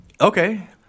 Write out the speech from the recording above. Okay